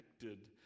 connected